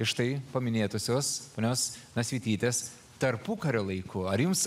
iš štai paminėtosios ponios nasvytytės tarpukario laikų ar jums